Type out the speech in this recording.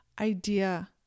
idea